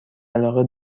علاقه